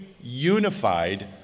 unified